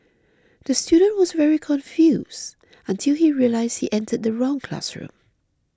the student was very confused until he realised he entered the wrong classroom